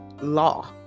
law